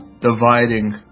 dividing